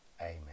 Amen